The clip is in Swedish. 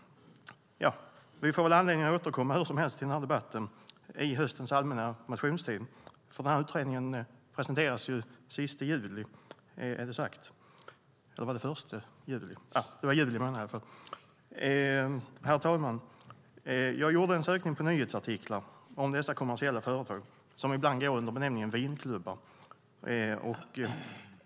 Vi får väl anledning att återkomma till denna debatt under höstens allmänna motionstid. Utredningen presenteras ju i juli. Herr talman! Jag gjorde en sökning på nyhetsartiklar om dessa kommersiella företag som ibland går under benämningen vinklubbar.